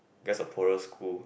guess a poorer school